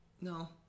No